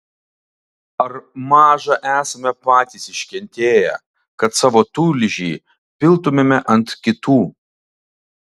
ar maža esame patys iškentėję kad savo tulžį piltumėme ant kitų